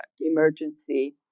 emergency